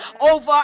over